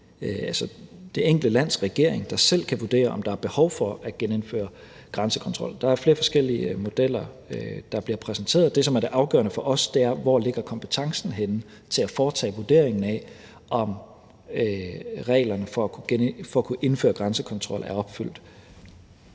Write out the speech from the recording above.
det er det enkelte lands regering, der selv kan vurdere, om der er et behov for at genindføre grænsekontrol. Der er flere forskellige modeller, der bliver præsenteret, og det, som er det afgørende for os, er, hvorhenne kompetencen til at foretage vurderingen af, om reglerne for at kunne indføre grænsekontrol er opfyldt,